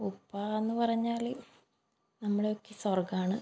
ഉപ്പാന്ന് പറഞ്ഞാൽ നമ്മളെയൊക്കെ സ്വർഗ്ഗമാണ്